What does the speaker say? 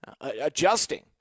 adjusting